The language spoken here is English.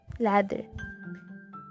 ladder